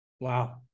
wow